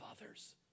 others